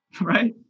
right